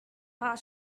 far